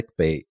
clickbait